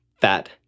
fat